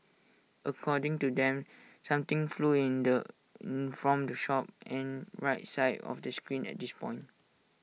according to them something flew in the in from the shop and the right side of the screen at this point